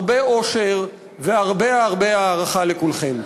הרבה אושר והרבה הערכה לכולכם.